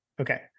Okay